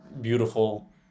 beautiful